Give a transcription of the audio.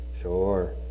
Sure